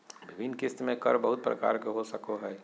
विभिन्न किस्त में कर बहुत प्रकार के हो सको हइ